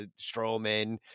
Strowman